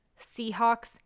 seahawks